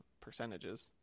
percentages